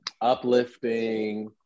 uplifting